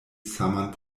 saman